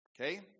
Okay